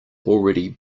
already